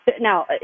Now